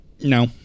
No